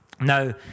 Now